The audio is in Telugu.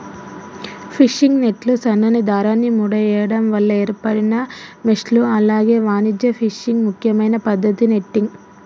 ఫిషింగ్ నెట్లు సన్నని దారాన్ని ముడేయడం వల్ల ఏర్పడిన మెష్లు అలాగే వాణిజ్య ఫిషింగ్ ముఖ్యమైన పద్దతి నెట్టింగ్